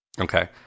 Okay